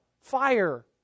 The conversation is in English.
Fire